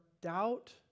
doubt